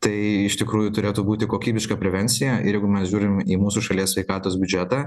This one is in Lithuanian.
tai iš tikrųjų turėtų būti kokybiška prevencija ir jeigu mes žiūrim į mūsų šalies sveikatos biudžetą